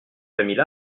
famille